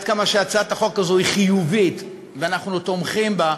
עד כמה שהצעת החוק הזו היא חיובית ואנחנו תומכים בה,